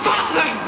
Father